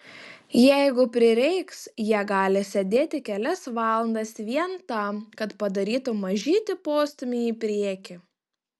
jeigu prireiks jie gali sėdėti kelias valandas vien tam kad padarytų mažytį postūmį į priekį